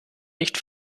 nicht